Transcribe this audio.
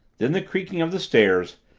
then the creaking of the stairs,